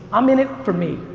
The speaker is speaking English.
i'm in it for me,